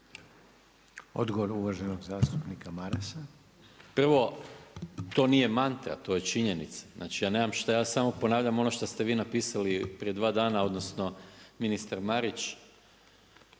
Odgovor uvaženog zastupnika Marasa. **Maras, Gordan (SDP)** Prvo, to nije mantra to je činjenica. Ja nemam šta, ja samo ponavljam ono što ste vi napisali prije dva dana odnosno ministar Marić